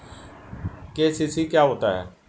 KCC क्या होता है?